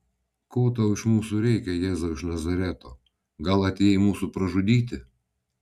ko tau iš mūsų reikia jėzau iš nazareto gal atėjai mūsų pražudyti